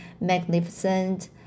magnificent